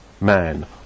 man